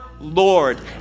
Lord